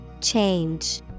Change